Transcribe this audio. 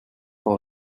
tant